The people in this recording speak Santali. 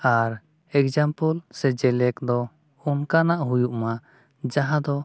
ᱟᱨ ᱥᱮ ᱡᱮᱞᱮᱠ ᱫᱚ ᱚᱱᱠᱟᱱᱟᱜ ᱦᱩᱭᱩᱜ ᱢᱟ ᱡᱟᱦᱟᱸ ᱫᱚ